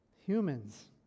humans